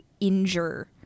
injure